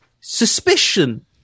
suspicion